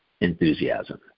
enthusiasm